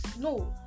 no